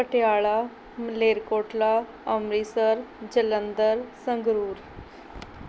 Patiala Malerkotla Amritsar Jalandhar Sangrur